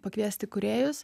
pakviesti kūrėjus